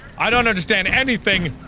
i don't understand anything.